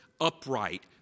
upright